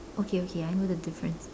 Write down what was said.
okay okay I know the difference